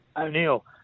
O'Neill